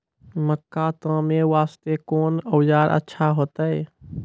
मक्का तामे वास्ते कोंन औजार अच्छा होइतै?